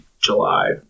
July